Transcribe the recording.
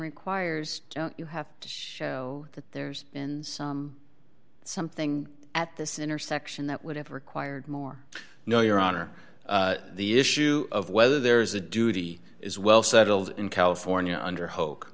requires you have to show that there's something at this intersection that would have required more no your honor the issue of whether there is a duty is well settled in california under h